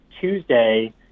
Tuesday